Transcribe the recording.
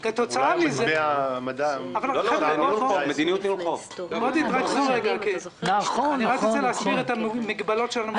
אני רק רוצה להסביר את המגבלות שלנו ב-2020.